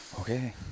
okay